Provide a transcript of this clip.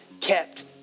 kept